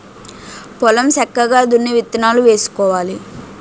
పొలం సక్కగా దున్ని విత్తనాలు వేసుకోవాలి